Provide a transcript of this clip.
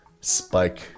spike